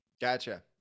gotcha